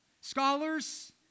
scholars